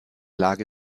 lage